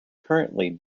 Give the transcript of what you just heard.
currently